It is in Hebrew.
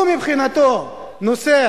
הוא מבחינתו נוסע